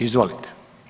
Izvolite.